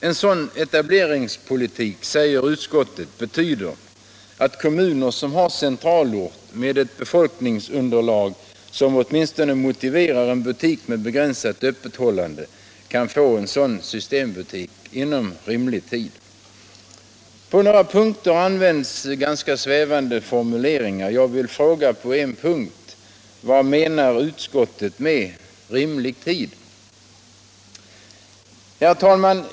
En sådan etableringspolitik, säger utskottet, betyder att kommuner som har centralort med ett befolkningsunderlag som åtminstone motiverar en butik med begränsat öppethållande kan få en sådan systembutik inom rimlig tid. På några punkter används ganska svävande formuleringar. Vad menar utskottet t.ex. med ”rimlig tid”? Herr talman!